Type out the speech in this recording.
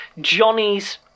johnny's